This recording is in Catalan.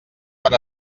per